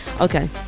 Okay